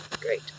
Great